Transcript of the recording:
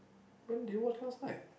when do you watch last night